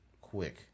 quick